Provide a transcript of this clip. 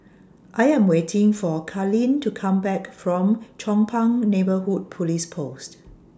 I Am waiting For Karlene to Come Back from Chong Pang Neighbourhood Police Post